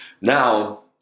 Now